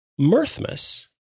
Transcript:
Mirthmas